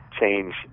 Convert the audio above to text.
change